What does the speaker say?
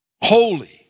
holy